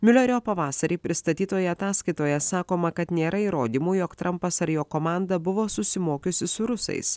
miulerio pavasarį pristatytoje ataskaitoje sakoma kad nėra įrodymų jog trampas ar jo komanda buvo susimokiusi su rusais